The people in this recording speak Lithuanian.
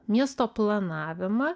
miesto planavimą